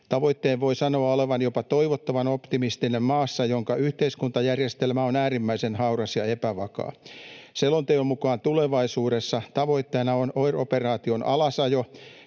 Tavoitteen voi sanoa olevan jopa toivottoman optimistinen maassa, jonka yhteiskuntajärjestelmä on äärimmäisen hauras ja epävakaa. Selonteon mukaan tulevaisuudessa tavoitteena on OIR-operaation alasajo